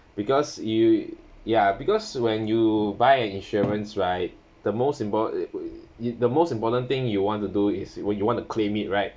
because you ya because when you buy insurance right the most impo~ the most important thing you want to do is when you want to claim it right